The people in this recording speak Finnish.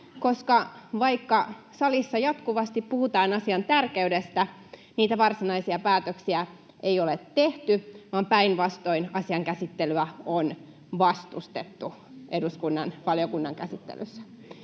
koska vaikka salissa jatkuvasti puhutaan asian tärkeydestä, niitä varsinaisia päätöksiä ei ole tehty vaan päinvastoin asian käsittelyä on vastustettu eduskunnan valiokunnan käsittelyssä.